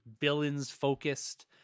villains-focused